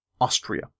Austria